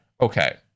okay